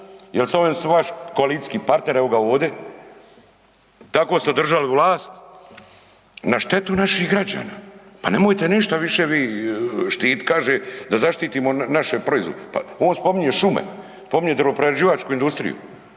ne razumije./... koalicijski partner, evo ga ode? Tako ste održali vlast, na štetu naših građana. Pa nemojte ništa više vi štititi, kaže da zaštitimo naše proizvode. Pa on spominje šume, spominje drvoprerađivačku industriju.